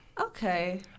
Okay